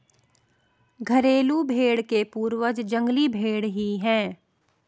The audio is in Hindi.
घरेलू भेंड़ के पूर्वज जंगली भेंड़ ही है